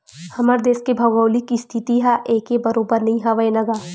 हमर देस के भउगोलिक इस्थिति ह एके बरोबर नइ हवय न गा